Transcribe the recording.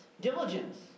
Diligence